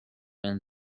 and